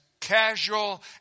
casual